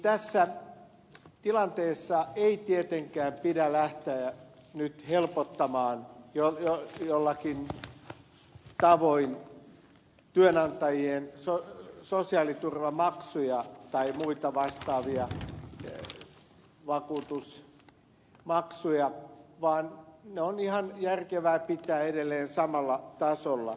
tässä tilanteessa ei tietenkään pidä lähteä nyt helpottamaan joillakin tavoin työnantajien sosiaaliturvamaksuja tai muita vastaavia vakuutusmaksuja vaan ne on ihan järkevää pitää edelleen samalla tasolla